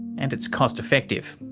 and it's cost effective.